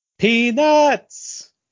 peanuts